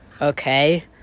Okay